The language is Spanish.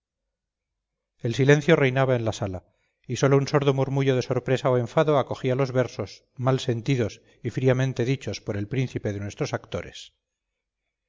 el silencio reinaba en la sala y sólo un sordo murmullo de sorpresa o enfado acogía los versos mal sentidos y fríamente dichos por el príncipe de nuestros actores